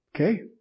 Okay